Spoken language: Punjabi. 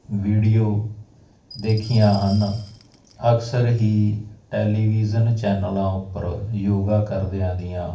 ਵੀਡੀਓ ਦੇਖੀਆਂ ਹਨ ਅਕਸਰ ਹੀ ਟੈਲੀਵਿਜ਼ਨ ਚੈਨਲ ਉੱਪਰ ਯੋਗਾ ਕਰਦਿਆਂ ਦੀਆਂ ਵੀ